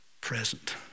present